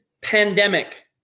pandemic